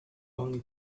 only